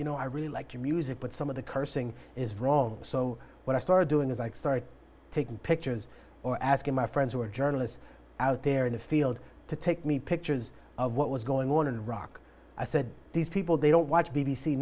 you know i really like your music but some of the cursing is wrong so when i started doing as i started taking pictures or asking my friends were journalists out there in a field to take me pictures of what was going on in iraq i said these people they don't watch b